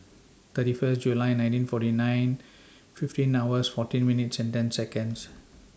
thirty First July nineteen forty nine fifteen hours fourteen minutes and ten Seconds